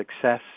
success